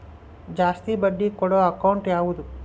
ಜಾಸ್ತಿ ಬಡ್ಡಿ ಕೊಡೋ ಅಕೌಂಟ್ ಯಾವುದು?